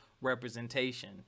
representation